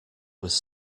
was